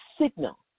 signal